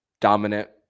dominant